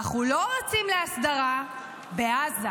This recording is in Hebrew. ואנחנו לא רצים להסדרה בעזה.